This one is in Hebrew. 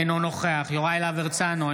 אינו נוכח יוראי להב הרצנו,